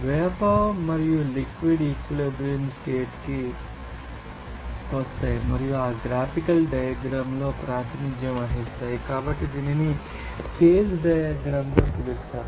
vapour మరియు liquid equilibrium state కి వస్తాయి మరియు ఆ గ్రాఫికల్ డయాగ్రమ్ లో ప్రాతినిధ్యం వహిస్తాయి కాబట్టి దీనిని ఫేజ్ డయాగ్రమ్గా పిలుస్తారు